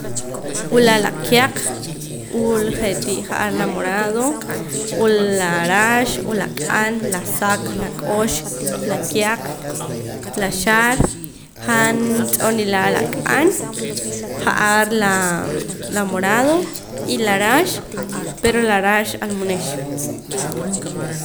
Wula la kiaq wul je'tii ja'ar la morado wula la rax o la q'an la saq la k'ox la kiaq la xaar han tz'oo' nila' la q'an ja'ar laa la morado y la rax pero la rax almunix